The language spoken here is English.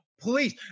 please